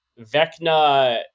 Vecna